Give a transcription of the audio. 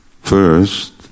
First